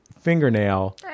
fingernail